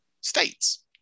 states